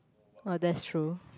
oh that's true